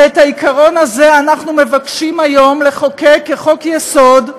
ואת העיקרון הזה אנחנו מבקשים היום לחוקק כחוק-יסוד,